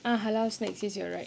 uh halal snacks yes you are right